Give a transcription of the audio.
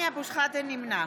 נמנע